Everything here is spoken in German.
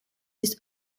ist